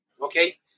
Okay